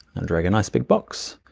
and drag a nice, big box.